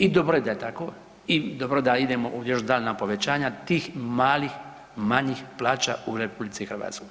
I dobro je da je tako i dobro da idemo u još daljnja povećanja tih malih, manjih plaća u RH.